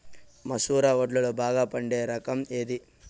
మసూర వడ్లులో బాగా పండే రకం ఏది?